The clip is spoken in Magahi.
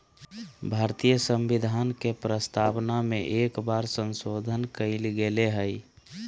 भारतीय संविधान के प्रस्तावना में एक बार संशोधन कइल गेले हइ